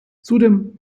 zudem